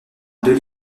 deux